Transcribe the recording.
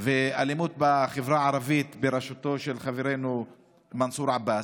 ואלימות בחברה הערבית בראשותו של חברנו מנסור עבאס,